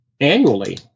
annually